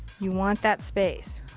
you want that space.